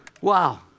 Wow